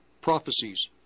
prophecies